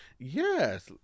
Yes